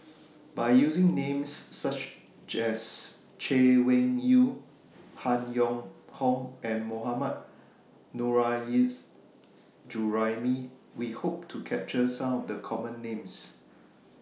By using Names such as Chay Weng Yew Han Yong Hong and Mohammad Nurrasyid Juraimi We Hope to capture Some of The Common Names